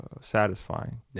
satisfying